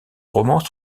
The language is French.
romans